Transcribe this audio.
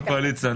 --- הקואליציה.